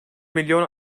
milyon